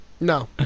No